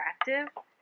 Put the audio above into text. attractive